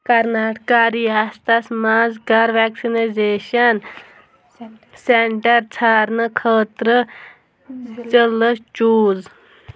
کرناٹکا ریاستس مَنٛز کر ویکسِنایزیشن سینٹر ژھاڑنہٕ خٲطرٕ ضلعہٕ چوٗز